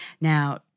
now